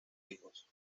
hijos